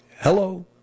hello